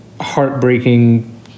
heartbreaking